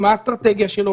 מה האסטרטגיה שלו,